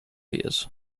his